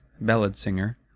ballad-singer